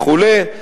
וכן הלאה.